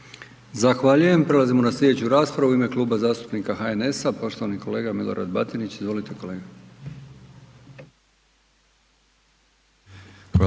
Zahvaljujem, prelazimo na slijedeću raspravu. U ime Kluba zastupnika HNS-a, poštovani kolega Milorad Batinić, izvolite kolega.